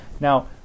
Now